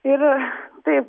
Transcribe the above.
ir taip